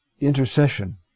Intercession